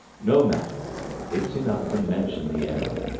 no matter it's enough to mention the error.